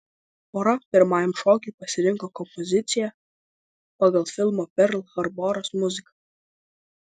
pora pirmajam šokiui pasirinko kompoziciją pagal filmo perl harboras muziką